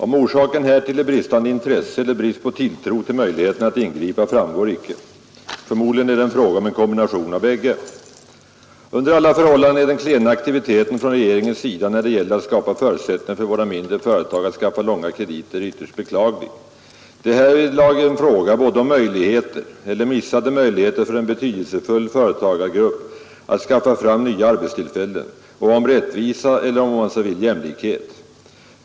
Om orsaken härtill är bristande intresse eller brist på tilltro till möjligheterna att ingripa framgår icke. Förmodligen är det fråga om en kombination av bägge. Under alla förhållanden är den klena aktiviteten från regeringens sida när det gäller att skapa förutsättningar för våra mindre företag att skaffa långa krediter ytterst beklaglig. Det är härvidlag en fråga både om möjligheter eller missade möjligheter för en betydelsefull företagsgrupp att skaffa fram nya arbetstillfällen och om rättvisa eller om man så vill jämlikhet.